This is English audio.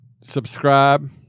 subscribe